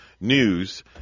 news